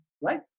right